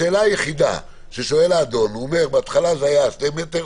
השאלה היחידה ששואל האדון: בהתחלה זה היה שני מטר,